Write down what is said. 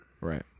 Right